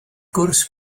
gwrs